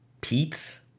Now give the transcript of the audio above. Pete's